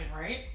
right